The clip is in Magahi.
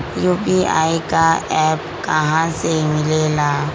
यू.पी.आई का एप्प कहा से मिलेला?